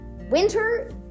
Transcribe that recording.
Winter